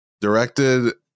directed